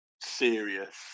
serious